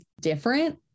different